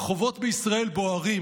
הרחובות בישראל בוערים